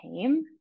came